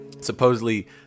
supposedly